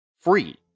free